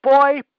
boy